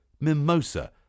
MIMOSA